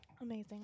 Amazing